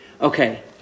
Okay